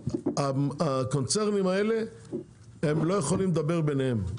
הקונצרנים האלה לא יכולים לדבר ביניהם,